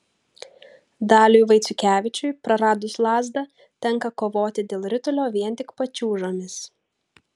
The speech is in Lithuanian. daliui vaiciukevičiui praradus lazdą tenka kovoti dėl ritulio vien tik pačiūžomis